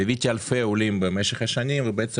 ליוויתי אלפי עולים במשך השנים ובעצם